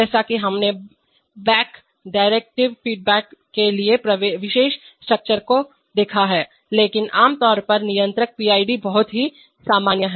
जैसा कि हमने बैक डेरिवेटिव फीडबैक के लिए विशेष स्ट्रक्चर के देखा है लेकिन आमतौर पर नियंत्रक पीआईडी बहुत ही सामान्य हैं